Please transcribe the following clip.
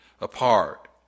apart